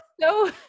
no